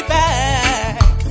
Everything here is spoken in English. back